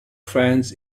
fans